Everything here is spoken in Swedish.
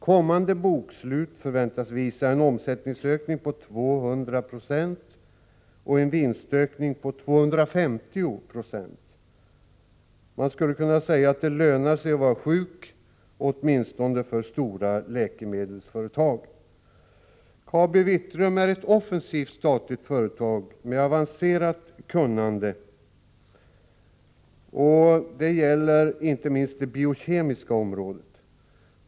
Kommande bokslut förväntas visa en omsättningsökning på 200 26 och en vinstökning på 250 96. Man skulle kunna säga att det lönar sig att vara sjuk — åtminstone för stora läkemedelsföretag! KabiVitrum är ett offensivt statligt företag med avancerat kunnande inte minst inom det biokemiska området.